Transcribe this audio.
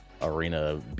arena